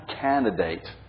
candidate